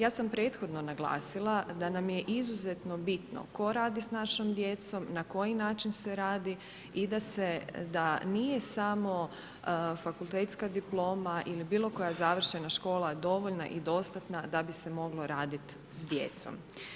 Ja sam prethodno naglasila da nam je izuzetno bitno tko radi s našom djecom, na koji način se radi i da nije samo fakultetska diploma ili bilokoja završena škola dovoljna i dostatna da bi se moglo raditi s djecom.